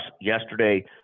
yesterday